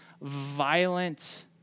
violent